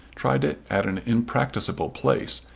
tried it at an impracticable place,